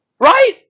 Right